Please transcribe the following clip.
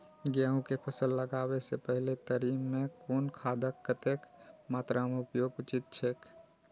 गेहूं के फसल लगाबे से पेहले तरी में कुन खादक कतेक मात्रा में उपयोग उचित छेक?